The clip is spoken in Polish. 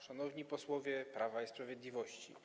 Szanowni Posłowie Prawa i Sprawiedliwości!